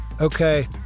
Okay